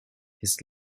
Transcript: his